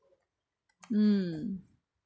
mm